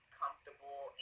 comfortable